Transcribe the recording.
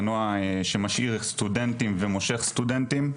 מנוע שמשאיר סטודנטים ומושך סטודנטים,